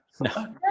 no